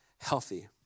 healthy